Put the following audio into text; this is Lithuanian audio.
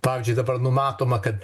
pavyzdžiui dabar numatoma kad